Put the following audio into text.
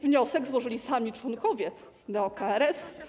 Wniosek złożyli sami członkowie neo-KRS.